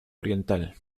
oriental